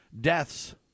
deaths